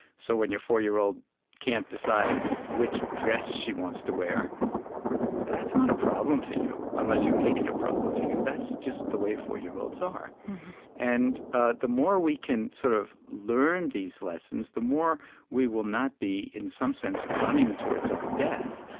so when your four-year-old can't decide which dress she wants to wear that's not a problem for you unless you make it a problem for you. that's just the way four-year-olds are and ah the more we can sort of learn these lessons the more we will not be in some sense running towards our death,